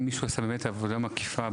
אם מישהו עשה באמת עבודה מקיפה,